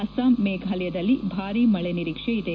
ಅಸ್ಪಾಂ ಮೇಘಾಲಯದಲ್ಲಿ ಭಾರೀ ಮಳೆ ನಿರೀಕ್ಷೆ ಇದೆ